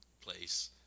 place